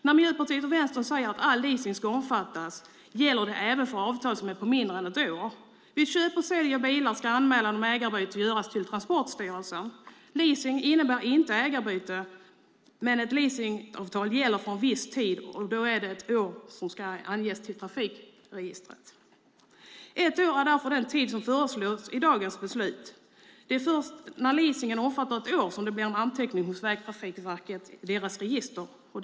När Miljöpartiet och Vänstern säger att all leasing ska omfattas gäller det även för avtal som är på mindre än ett år. Vid köp och försäljning av bilar ska anmälan om ägarbyte göras till Transportstyrelsen. Leasing innebär inte ägarbyte, utan ett leasingavtal gäller för en viss tid, och är det ett år ska det anges i vägtrafikregistret. Ett år är därför den tid som föreslås i fråga om dagens beslut. Det är först när leasingen omfattar ett år som det blir en anteckning i vägtrafikregistret hos Transportstyrelsen.